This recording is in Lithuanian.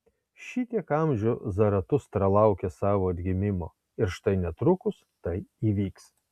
šitiek amžių zaratustra laukė savo atgimimo ir štai netrukus tai įvyks